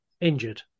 injured